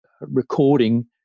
recording